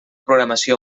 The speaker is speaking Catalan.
programació